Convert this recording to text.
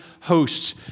hosts